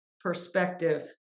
perspective